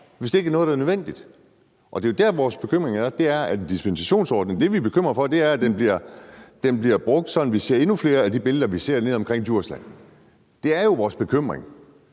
hvis det ikke er noget, der er nødvendigt? Det er jo der, vores bekymring er. Det, vi er bekymret for, er, at dispensationsordningen bliver brugt, sådan at vi ser endnu flere af de billeder, vi ser fra Djursland. Det er jo vores bekymring.